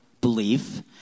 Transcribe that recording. belief